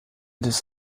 des